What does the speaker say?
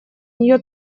нее